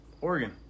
Oregon